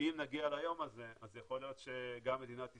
אם נגיע ליום הזה יכול להיות שגם מדינת ישראל,